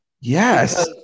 Yes